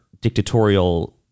dictatorial